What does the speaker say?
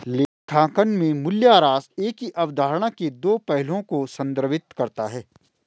लेखांकन में मूल्यह्रास एक ही अवधारणा के दो पहलुओं को संदर्भित करता है